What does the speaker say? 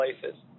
places